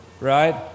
right